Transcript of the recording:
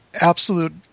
absolute